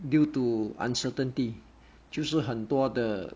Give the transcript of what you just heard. due to uncertainty 就是很多的